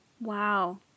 Wow